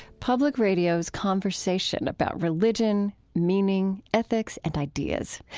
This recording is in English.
public radio's conversation about religion, meaning, ethics, and ideas.